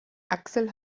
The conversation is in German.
axel